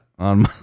on